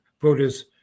voters